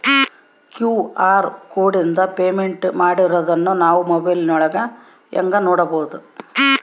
QR ಕೋಡಿಂದ payment ಮಾಡಿರೋದನ್ನ ನಾವು ಮೊಬೈಲಿನೊಳಗ ಹೆಂಗ ನೋಡಬಹುದು?